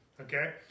Okay